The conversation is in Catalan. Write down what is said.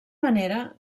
manera